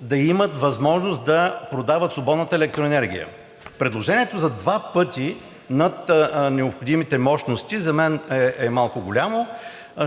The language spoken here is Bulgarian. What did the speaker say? да имат възможност да продават свободната електроенергия. Предложението за два пъти над необходимите мощности за мен е малко голямо.